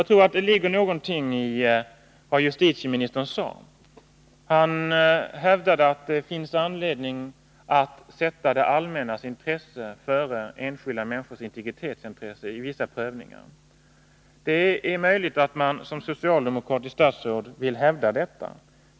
Jag tror att det ligger någonting i vad justitieministern sade. Han hävdade att det finns anledning att sätta det allmännas intresse före enskilda människors integritetsintresse i vissa prövningar. Det är möjligt att man som socialdemokratiskt statsråd vill hävda detta.